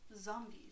Zombies